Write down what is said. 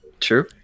True